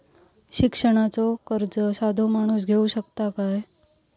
शिक्षणाचा कर्ज साधो माणूस घेऊ शकता काय?